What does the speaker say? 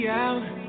out